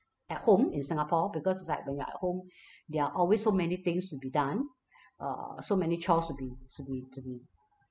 at home in singapore because it's like when you're at home there're always so many things to be done uh so many chores to be to be to be